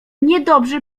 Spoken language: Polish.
niedobrze